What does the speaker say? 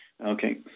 Okay